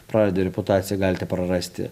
praradę reputaciją galite prarasti